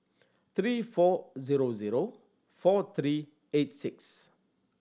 three four zero zero four three eight six